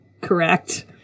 correct